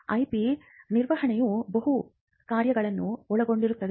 IP ನಿರ್ವಹಣೆಯು ಬಹು ಕಾರ್ಯಗಳನ್ನು ಒಳಗೊಂಡಿರುತ್ತದೆ